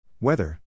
Weather